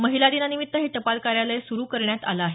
महिला दिनानिमित्त हे टपाल कार्यालय सुरु करण्यात आलं आहे